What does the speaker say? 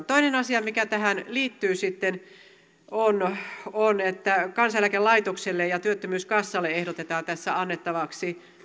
toinen asia mikä tähän liittyy on se että kansaneläkelaitokselle ja työttömyyskassalle ehdotetaan tässä annettavaksi